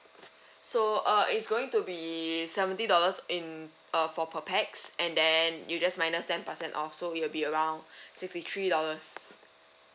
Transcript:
so uh is going to be seventy dollars in uh for per pax and then you just minus ten percent off so it will be around sixty three dollars